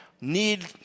need